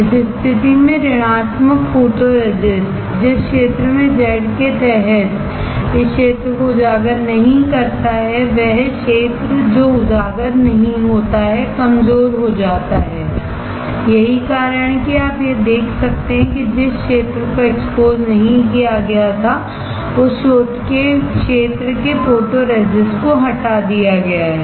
इस स्थिति में नकारात्मक फोटोरेसिस्ट जो क्षेत्र एक्सपोज नहीं होता है Z के तहत यह क्षेत्र एक्सपोज नहीं होता है वह क्षेत्र जो एक्सपोज नहीं होता है कमजोर हो जाता है यही कारण है कि आप यह देख सकते हैं कि जिस क्षेत्र को एक्सपोज नहीं किया गया था उस क्षेत्र के फोटोरेसिस्ट को इच कर दिया गया है हटा दिया गया है